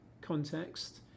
context